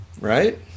right